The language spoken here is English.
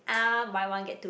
uh buy one get two